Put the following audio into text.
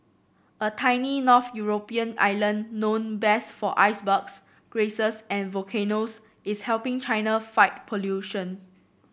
a tiny north European island known best for icebergs geysers and volcanoes is helping China fight pollution